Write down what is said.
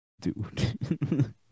Dude